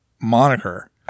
Moniker